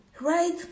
right